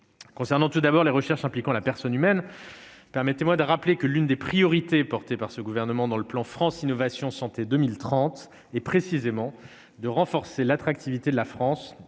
Concernant tout d'abord les recherches impliquant la personne humaine, permettez-moi de rappeler que l'une des priorités du Gouvernement dans le cadre du plan Innovation Santé 2030 est précisément de renforcer l'attractivité de la France